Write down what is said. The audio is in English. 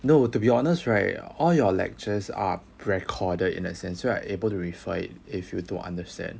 no to be honest right all your lectures are recorded in a sense you are able to refer it if you don't understand